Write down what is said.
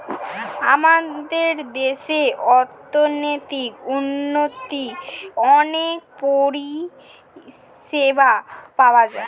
আমাদের দেশে অর্থনৈতিক উন্নতির অনেক পরিষেবা পাওয়া যায়